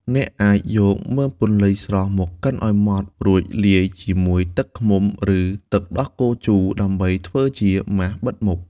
អ្នកអាចយកមើមពន្លៃស្រស់មកកិនឲ្យម៉ដ្ឋ រួចលាយជាមួយទឹកឃ្មុំ ឬទឹកដោះគោជូរដើម្បីធ្វើជាម៉ាសបិទមុខ។